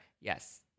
Yes